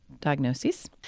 diagnosis